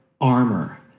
armor